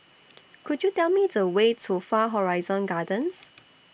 Could YOU Tell Me The Way to Far Horizon Gardens